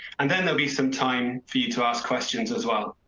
and then there'll be some time for you to ask questions as well.